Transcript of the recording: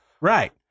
Right